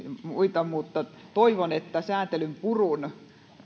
muita mutta toivon että sääntelyn purun